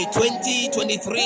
2023